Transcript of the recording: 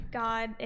god